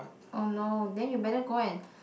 !oh no! then you better go and